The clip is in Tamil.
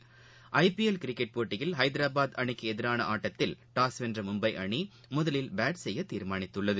விளைபாட்டுச் செய்திகள் ஐபிஎல் கிரிக்கெட் போட்டியில் ஹைதராபாத் அணிக்கு எதிரான ஆட்டத்தில் டாஸ் வென்ற மும்பை அணி முதலில் பேட் செய்ய தீர்மானித்துள்ளது